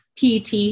PET